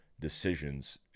decisions